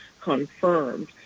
confirmed